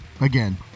again